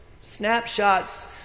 snapshots